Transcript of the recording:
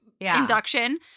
induction